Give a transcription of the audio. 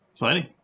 exciting